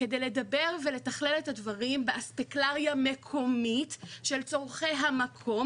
כדי לדבר ולתכלל את הדברים באספקלריה מקומית של צרכי המקום,